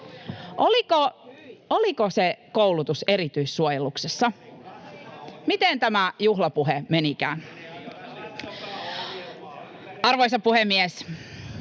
Oliko se koulutus erityissuojeluksessa? Miten tämä juhlapuhe menikään? [Ben